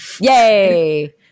Yay